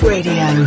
Radio